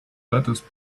lettuce